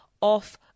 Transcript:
off